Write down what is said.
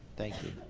thank you.